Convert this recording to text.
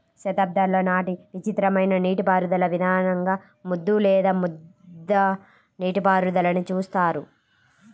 శతాబ్దాల నాటి విచిత్రమైన నీటిపారుదల విధానంగా ముద్దు లేదా ముద్ద నీటిపారుదలని చూస్తారు